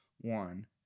one